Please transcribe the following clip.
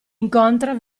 incontra